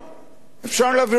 אפשר להעביר ביקורת,